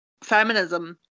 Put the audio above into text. feminism